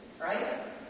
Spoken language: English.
Right